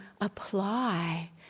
apply